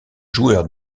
joueur